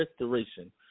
restoration